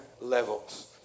levels